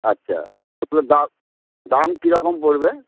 আচ্ছা এগুলোর দাম দাম কী রকম পড়বে